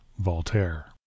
Voltaire